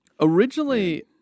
Originally